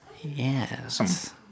Yes